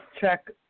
check